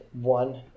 one